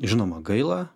žinoma gaila